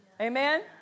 Amen